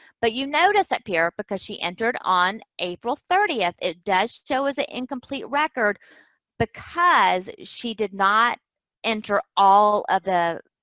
but you notice up here, because she entered on april thirtieth, it does show as an incomplete record because she did not enter all of the,